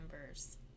members